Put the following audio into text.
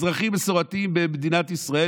אזרחים מסורתיים במדינת ישראל,